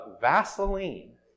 Vaseline